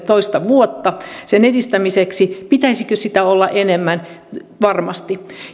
nyt toista vuotta sen edistämiseksi pitäisikö sitä olla enemmän varmasti